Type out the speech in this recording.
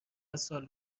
سال